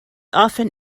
often